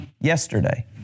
yesterday